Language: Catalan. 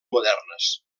modernes